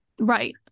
right